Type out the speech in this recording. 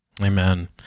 Amen